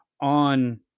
on